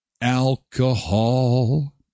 Alcohol